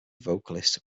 vocalist